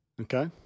Okay